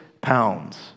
pounds